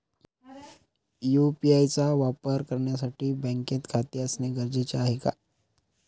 UPI चा वापर करण्यासाठी बँकेत खाते असणे गरजेचे आहे का?